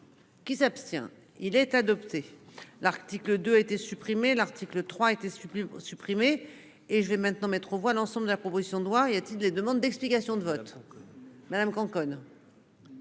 Qui s'abstient il est adopté l'article 2 était supprimé l'article 3, été supprime supprimer et je vais maintenant mettre aux voix l'ensemble de la proposition de loi et à toutes les demandes d'explications de vote. Madame Conconne.